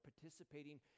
participating